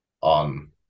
on